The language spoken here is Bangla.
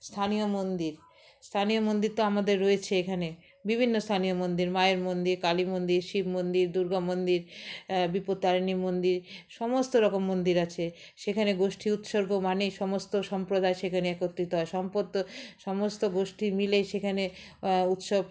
স্থানীয় মন্দির স্থানীয় মন্দির তো আমাদের রয়েছে এখানে বিভিন্ন স্থানীয় মন্দির মায়ের মন্দির কালী মন্দির শিব মন্দির দুর্গা মন্দির বিপদ্তারিণী মন্দির সমস্ত রকম মন্দির আছে সেখানে গোষ্ঠী উৎসর্গ মানেই সমস্ত সম্প্রদায় সেখানে একত্রিত হয় সম্পদ সমস্ত গোষ্ঠী মিলেই সেখানে উৎসব